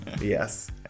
Yes